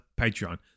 Patreon